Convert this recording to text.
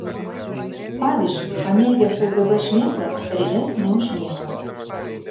pavyzdžiui pamėgę kgb šmėklas per jas neužmiega